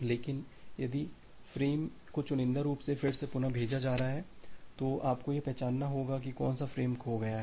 लेकिन यदि आप फ्रेम को चुनिंदा रूप से फिर से पुनः भेजने जा रहे हैं तो आपको यह पहचानना होगा कि कौन सा फ्रेम खो गया है